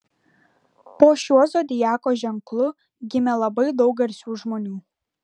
po šiuo zodiako ženklu gimė labai daug garsių žmonių